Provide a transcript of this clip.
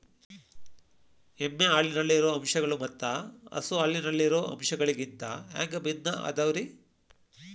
ಎಮ್ಮೆ ಹಾಲಿನಲ್ಲಿರೋ ಅಂಶಗಳು ಮತ್ತ ಹಸು ಹಾಲಿನಲ್ಲಿರೋ ಅಂಶಗಳಿಗಿಂತ ಹ್ಯಾಂಗ ಭಿನ್ನ ಅದಾವ್ರಿ?